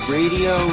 radio